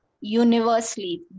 universally